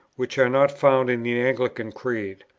which are not found in the anglican creed.